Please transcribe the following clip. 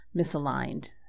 misaligned